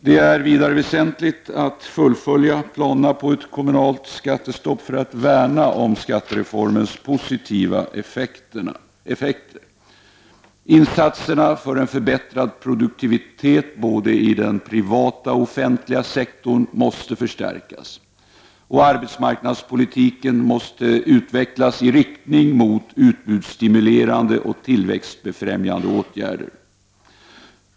Det är vidare väsentligt att fullfölja planerna på ett kommunalt skattestopp för att värna om skattereformens positiva effekter. Insatserna för en förbättrad produktivitet i både den privata och den offentliga sektorn måste förstärkas. Arbetsmarknadspolitiken måste utvecklas i riktning mot utbudsstimulerande och tillväxtbefrämjande åtgärder.